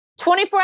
24